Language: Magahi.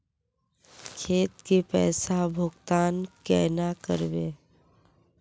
खेत के पैसा भुगतान केना करबे?